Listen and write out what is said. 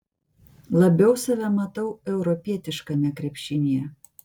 labiau save matau europietiškame krepšinyje